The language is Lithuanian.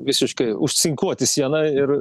visiškai užcinkuoti sieną ir